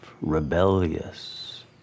rebellious